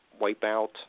Wipeout